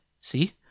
See